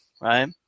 right